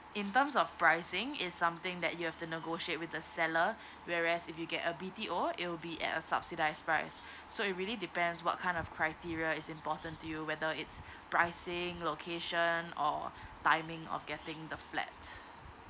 in terms of pricing is something that you have to negotiate with the seller whereas if you get a B_T_O it will be at a subsidize price so it really depends what kind of criteria is important to you whether its pricing location or timing of getting the flats